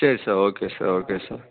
சரி sir okay sir okay sir